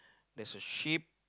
there is a sheep